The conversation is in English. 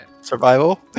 Survival